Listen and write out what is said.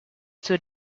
two